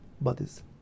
bodies